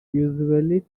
usually